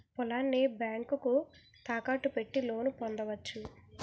పొలాన్ని బ్యాంకుకు తాకట్టు పెట్టి లోను పొందవచ్చు